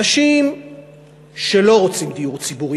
אנשים שלא רוצים דיור ציבורי,